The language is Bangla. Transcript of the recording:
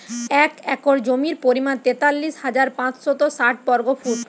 এক একর জমির পরিমাণ তেতাল্লিশ হাজার পাঁচশত ষাট বর্গফুট